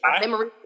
memory